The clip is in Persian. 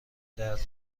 درد